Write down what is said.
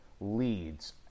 leads